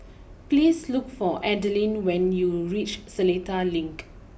please look for Adalynn when you reach Seletar Link